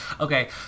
Okay